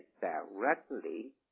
directly